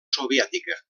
soviètica